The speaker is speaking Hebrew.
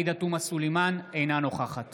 אינה נוכחת